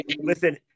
listen